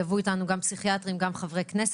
יבואו איתנו גם פסיכיאטרים וגם חברי כנסת,